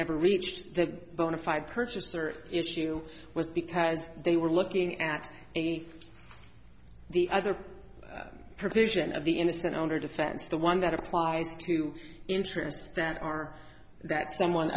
never reached the bona fide purchaser issue was because they were looking at me the other provision of the innocent owner defense the one that applies to interests that are that someone